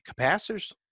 Capacitors